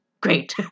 Great